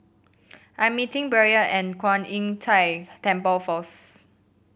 I'm meeting Braelyn at Kwan Im Tng Temple first